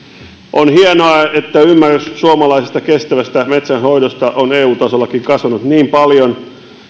on hienoa että ymmärrys suomalaisesta kestävästä metsänhoidosta on eu tasollakin kasvanut niin paljon